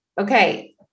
Okay